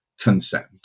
consent